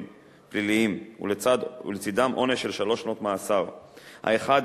פליליים ולצדם עונש שלוש שנות מאסר: האחד,